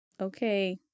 okay